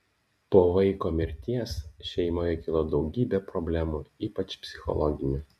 po vaiko mirties šeimoje kilo daugybė problemų ypač psichologinių